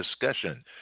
discussion